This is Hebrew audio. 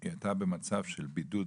היא הייתה במצב של בידוד,